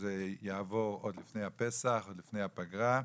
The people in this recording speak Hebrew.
שזה יעבור עוד לפני הפסח, עוד לפני הפגרה.